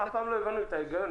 אף פעם לא הבנתי את ההיגיון,